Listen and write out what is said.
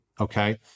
okay